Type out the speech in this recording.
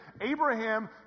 Abraham